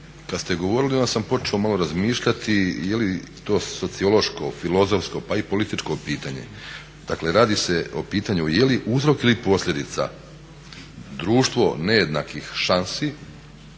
kada ste govorili onda sam počeo malo razmišljati jeli to sociološko, filozofsko pa i političko pitanje, dakle radi se o pitanju jeli uzrok ili posljedica društvo nejednakih šansi